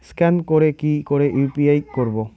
Scan করে কি করে ইউ.পি.আই করবো?